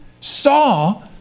saw